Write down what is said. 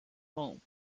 home